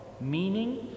Meaning